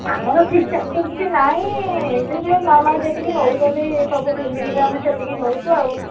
ଆମର ଫି ନାହିଁ ଏମିତି ନର୍ମାଲ୍ ଯେତିକି ନେଉଛନ୍ତି ସବୁ କ୍ଲିନିକ୍ ଆମେ ସେତିକି ନେଉଛୁ ଆଉ